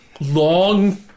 Long